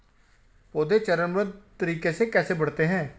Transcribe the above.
पौधे चरणबद्ध तरीके से कैसे बढ़ते हैं?